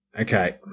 Okay